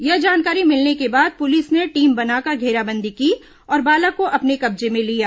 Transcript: यह जानकारी मिलने के बाद पुलिस ने टीम बनाकर घेराबंदी की और बालक को अपने कब्जे में लिया